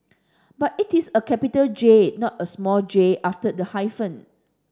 but it is a capital J not a small J after the hyphen